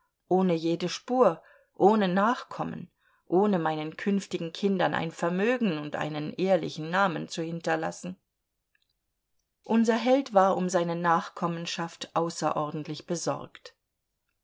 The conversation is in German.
ohne jede spur ohne nachkommen ohne meinen künftigen kindern ein vermögen und einen ehrlichen namen zu hinterlassen unser held war um seine nachkommenschaft außerordentlich besorgt